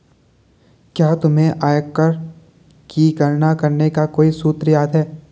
क्या तुम्हें आयकर की गणना करने का कोई सूत्र याद है?